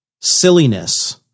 silliness